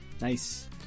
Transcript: Nice